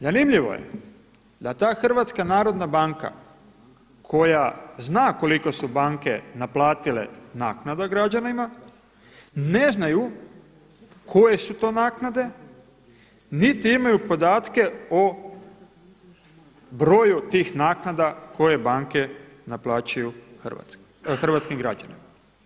Zanimljivo je da ta Hrvatska narodna banka koja zna koliko su banke naplatile naknada građanima ne znaju koje su to naknade, niti imaju podatke o broju tih naknada koje banke naplaćuju hrvatskim građanima.